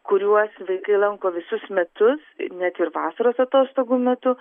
kuriuos vaikai lanko visus metus net ir vasaros atostogų metu